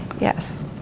Yes